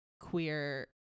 queer